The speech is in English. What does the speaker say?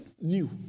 new